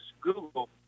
Google